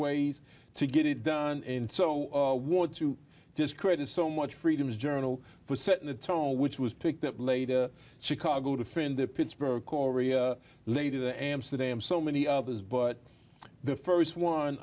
ways to get it done and so want to discredit so much freedoms journal for setting the tone which was picked up later chicago defender pittsburgh korea later the amsterdam so many others but the first one